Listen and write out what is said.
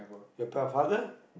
your pa~ father